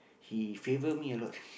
he favour me a lot